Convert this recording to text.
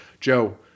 Joe